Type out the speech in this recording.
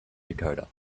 dakota